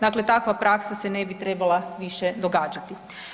Dakle, takva praksa se ne bi trebala više događati.